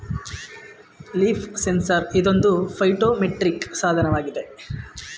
leaf sensor ಇದೊಂದು phytometric ಸಾಧನವಾಗಿದೆ